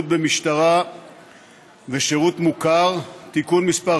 (שירות במשטרה ושירות מוכר) (תיקון מס'